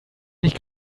nicht